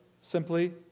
simply